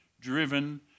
driven